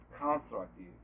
constructive